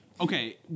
Okay